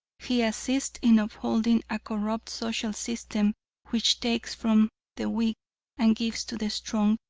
he assists in upholding a corrupt social system which takes from the weak and gives to the strong,